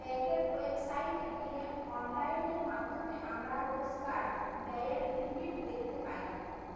ব্যাঙ্কের ওয়েবসাইটে গিয়ে অনলাইনের মাধ্যমে আমরা রোজকার ব্যায়ের লিমিট দেখতে পাই